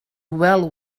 well